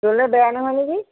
ল'লে বেয়া নহয় নেকি